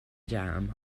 jam